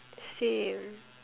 same